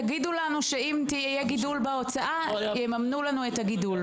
תגידו לנו שאם יהיה גידול בהוצאה יממנו לנו את הגידול.